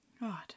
God